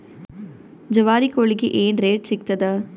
ಜವಾರಿ ಕೋಳಿಗಿ ಏನ್ ರೇಟ್ ಸಿಗ್ತದ?